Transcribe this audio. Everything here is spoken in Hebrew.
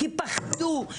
כי פחדו,